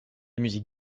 musique